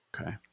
Okay